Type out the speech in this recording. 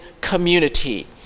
community